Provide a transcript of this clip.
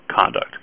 conduct